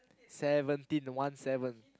seventeen one seven